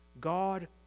God